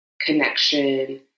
connection